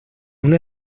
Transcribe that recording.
una